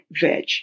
veg